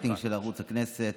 הרייטינג של ערוץ הכנסת,